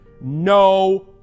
no